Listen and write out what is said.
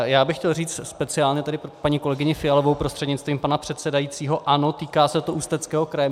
Já bych chtěl říci speciálně pro paní kolegyni Fialovou prostřednictvím pana předsedajícího ano, týká se to Ústeckého kraje.